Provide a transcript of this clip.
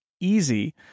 easy